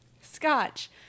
scotch